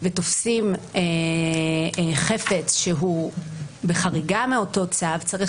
ותופסים חפץ שהוא בחריגה מאותו צו צריך